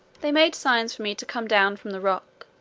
they made signs for me to come down from the rock,